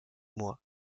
mois